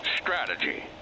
strategy